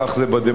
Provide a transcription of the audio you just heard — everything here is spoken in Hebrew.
כך זה בדמוקרטיה.